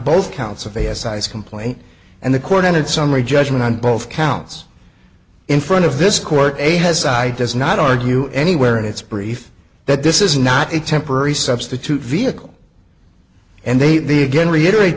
both counts of a s i s complaint and the court entered summary judgment on both counts in front of this court a has side does not argue anywhere in its brief that this is not a temporary substitute vehicle and they the again reiterate